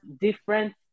different